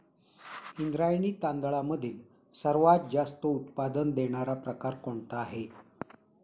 इंद्रायणी तांदळामधील सर्वात जास्त उत्पादन देणारा प्रकार कोणता आहे?